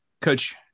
coach